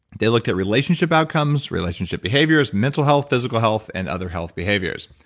they looked at relationship outcomes, relationship behaviors, mental health, physical health, and other health behaviors.